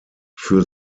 für